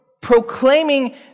proclaiming